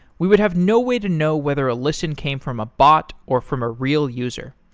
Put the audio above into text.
we would have no way to know whether a listen came from a bot, or from a real user.